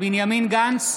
בנימין גנץ,